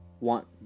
want